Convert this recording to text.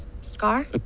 scar